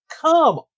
come